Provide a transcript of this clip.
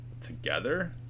together